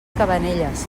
cabanelles